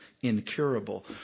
incurable